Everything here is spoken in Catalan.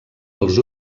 dels